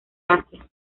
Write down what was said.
asia